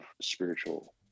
spiritual